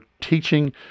teaching